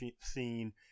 scene